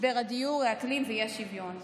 משבר הדיור, האקלים והאי-שוויון.